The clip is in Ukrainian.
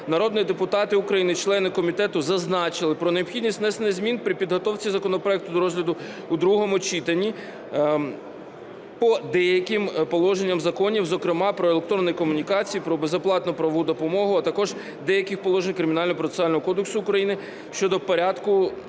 народні депутати України члени комітету зазначили про необхідність внесення змін при підготовці законопроекту до розгляду у другому читанні по деяким положенням закону, зокрема, про електронні комунікації, про безоплатну правову допомогу, а також до деяких положень Кримінально-процесуального кодексу України щодо порядку